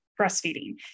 breastfeeding